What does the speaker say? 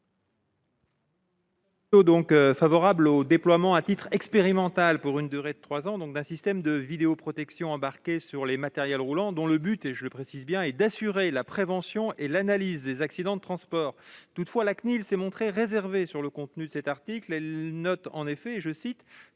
soutenons le déploiement, à titre expérimental, pour une durée de trois ans, d'un système de vidéoprotection embarqué sur les matériels roulants, dont le but est d'assurer la prévention et l'analyse des accidents de transport. Toutefois, la CNIL s'est montrée réservée sur le contenu de cet article, relevant que, « à défaut